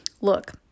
Look